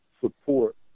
support